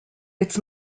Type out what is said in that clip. its